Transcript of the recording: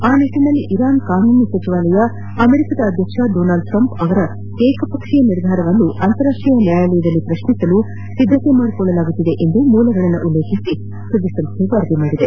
ಆ ನಿಟ್ಟನಲ್ಲಿ ಇರಾನ್ ಕಾನೂನು ಸಚಿವಾಲಯ ಅಮೆರಿಕದ ಅಧ್ಯಕ್ಷ ಡೋನಾಲ್ಡ್ ಟ್ರಂಪ್ ಅವರ ಏಕಪಕ್ಷೀಯ ನಿರ್ಧಾರವನ್ನು ಅಂತಾರಾಷ್ಟೀಯ ನ್ಯಾಯಾಲಯದಲ್ಲಿ ಪ್ರಶ್ನಿಸಲು ಸಿದ್ದತೆ ಮಾಡಿಕೊಳ್ಳಲಾಗುತ್ತಿದೆ ಎಂದು ಮೂಲಗಳನ್ನುಲ್ಲೇಖಿಸಿ ಸುದ್ದಿ ಸಂಸ್ಥೆ ವರದಿ ಮಾಡಿದೆ